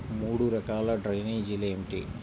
మూడు రకాల డ్రైనేజీలు ఏమిటి?